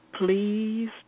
Please